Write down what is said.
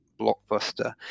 blockbuster